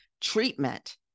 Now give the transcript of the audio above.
Treatment